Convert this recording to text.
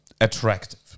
attractive